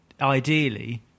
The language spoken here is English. ideally